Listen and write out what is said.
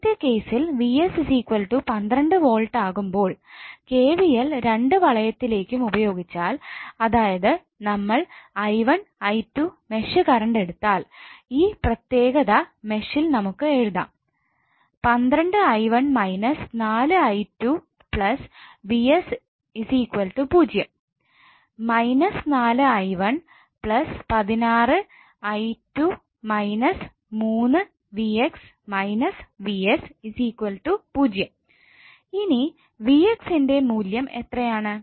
ആദ്യത്തെ കേസിൽ 𝑣𝑠 12 volt ആകുമ്പോൾ KVL 2 വളയത്തിലേക്കും പ്രയോഗിച്ചാൽ അതായത് നമ്മൾ 𝑖1𝑖2 മെഷ് കറണ്ട് എടുത്താൽ ഈ പ്രത്യേകത മെഷിൽ നമുക്ക് എഴുതാം 12𝑖1 − 4𝑖2 𝑣𝑠 0 −4𝑖1 16𝑖2 − 3𝑣𝑥 − 𝑣𝑠 0 ഇനി 𝑣𝑥ന്റെ മൂല്യം എത്രയാണ്